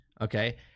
okay